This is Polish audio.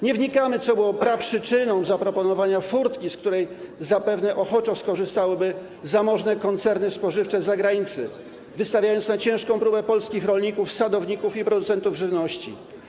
Nie wnikamy, co było praprzyczyną zaproponowania furtki, z której zapewne ochoczo skorzystałyby zamożne koncerny spożywcze z zagranicy, wystawiając na ciężką próbę polskich rolników, sadowników i producentów żywności.